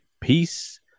Peace